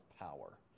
power